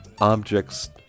objects